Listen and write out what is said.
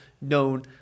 known